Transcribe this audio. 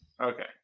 Okay